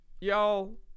y'all